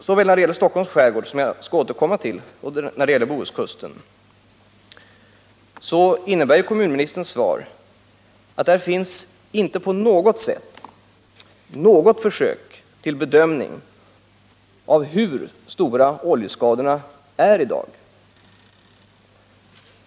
Såväl när det gäller Stockholms skärgård, som jag skall återkomma till, som när det gäller Bohuskusten innebär kommunministerns svar att regeringen inte på något sätt har försökt göra en bedömning av hur stora oljeskadorna är i dag.